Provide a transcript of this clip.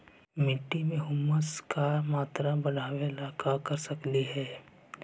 मिट्टी में ह्यूमस के मात्रा बढ़ावे ला का कर सकली हे?